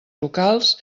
locals